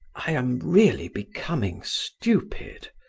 i am really becoming stupid,